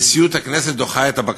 נשיאות הכנסת דוחה אותה?